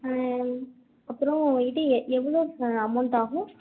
அப்புறம் இது எவ்வளோ அமௌண்ட் ஆகும்